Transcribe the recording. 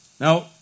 Now